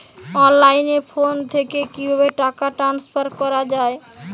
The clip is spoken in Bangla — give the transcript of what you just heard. অনলাইনে ফোন থেকে কিভাবে টাকা ট্রান্সফার করা হয়?